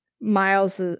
Miles